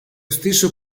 stesso